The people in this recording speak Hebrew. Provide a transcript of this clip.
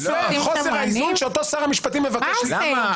חוסר האיזון שאותו שר המשפטים מבקש לתקן.